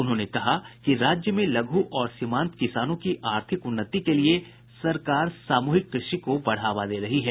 उन्होंने कहा कि राज्य में लघु और सीमान्त किसानों की आर्थिक उन्नति के लिए सरकार सामूहिक कृषि को बढ़ावा दे रही है